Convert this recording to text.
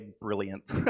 brilliant